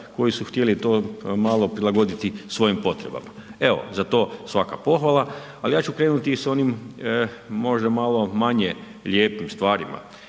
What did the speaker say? koji su htjeli to malo prilagoditi svojim potrebama. Evo, za to svaka pohvala, ali ja ću krenuti i s onim možda malo manje lijepim stvarima.